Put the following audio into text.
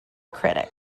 critics